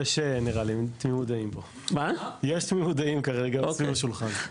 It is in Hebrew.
יש תמימות דעים כרגע, סביב השולחן.